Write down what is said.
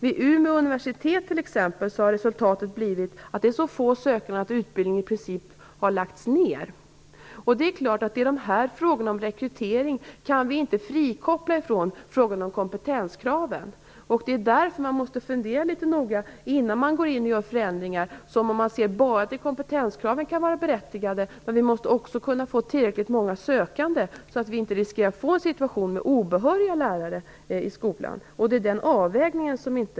Vid Umeå universitet t.ex. har det resulterat i att det är så få sökande att utbildningen i princip har lagts ner. Från frågorna om rekrytering kan vi självfallet inte frikoppla frågorna om kompetenskraven. Därför måste man fundera rätt noga innan man går in och gör förändringar som, enbart sett till kompetenskraven, kan vara berättigade. Vi måste ju också få tillräckligt många sökande. Annars riskerar vi en situation med obehöriga lärare i skolan.